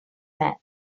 man